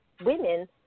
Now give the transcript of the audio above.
women